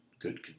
good